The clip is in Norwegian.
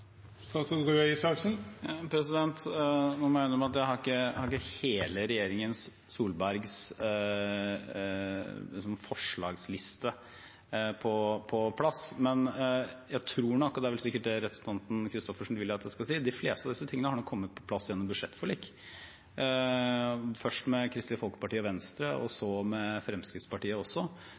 Nå må jeg innrømme at jeg ikke har hele regjeringen Solbergs forslagsliste på plass, men jeg tror nok – og det er vel sikkert det representanten Christoffersen vil at jeg skal si – at de fleste av disse tingene har kommet på plass gjennom budsjettforlik, først med Kristelig Folkeparti og Venstre og så med Fremskrittspartiet.